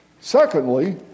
Secondly